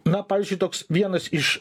na pavyzdžiui toks vienas iš